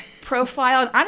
profile